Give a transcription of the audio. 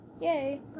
Yay